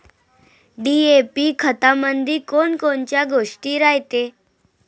DAP खतामंदी कोनकोनच्या गोष्टी रायते?